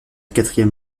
quatrième